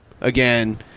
again